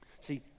See